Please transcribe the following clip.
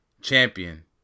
champion